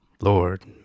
Lord